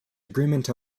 agreement